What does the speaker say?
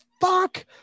fuck